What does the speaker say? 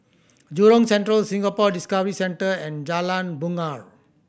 Jurong Central Singapore Discovery Centre and Jalan Bungar